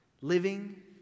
living